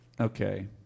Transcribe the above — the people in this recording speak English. Okay